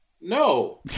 No